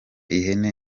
ihene